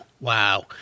Wow